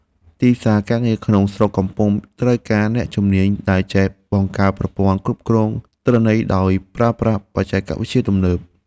ទីផ្សារការងារក្នុងស្រុកកំពុងត្រូវការអ្នកជំនាញដែលចេះបង្កើតប្រព័ន្ធគ្រប់គ្រងទិន្នន័យដោយប្រើប្រាស់បច្ចេកវិទ្យាទំនើប។